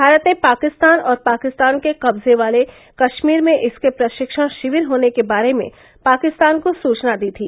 भारत ने पाकिस्तान और पाकिस्तान के कब्जे वाले कश्मीर में इसके प्रशिक्षण शिविर होने के बारे में पाकिस्तान को सुचना दी थी